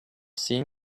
seen